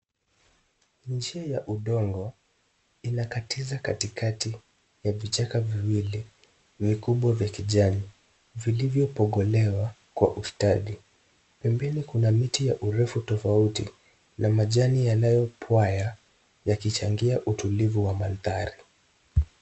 Njia ya udongo inakatiza katikati ya vichaka viwili vikubwa vya kijani vilivyopogolewa kwa ustadi. Pembeni kuna miti ya urefu tofauti, na majani yanayopwaya yakichangia utulivu wa mandhari.